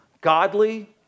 Godly